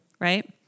right